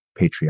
Patreon